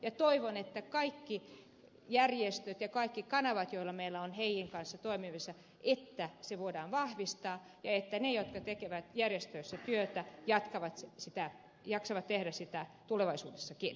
toivon että kaikkia järjestöjä ja kaikkia kanavia joita meillä on siinä toiminnassa voidaan vahvistaa ja että ne jotka tekevät järjestöissä työtä jaksavat tehdä sitä tulevaisuudessakin